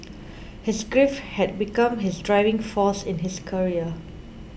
his grief had become his driving force in his career